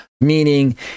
meaning